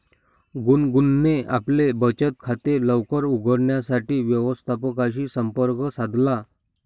गुनगुनने आपले बचत खाते लवकर उघडण्यासाठी व्यवस्थापकाशी संपर्क साधला